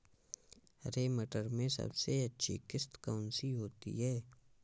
हरे मटर में सबसे अच्छी किश्त कौन सी होती है?